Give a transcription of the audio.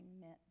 meant